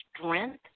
strength